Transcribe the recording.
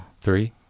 Three